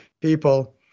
people